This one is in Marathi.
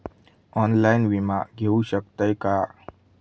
ऑनलाइन विमा घेऊ शकतय का?